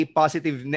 positive